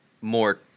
more